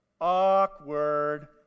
awkward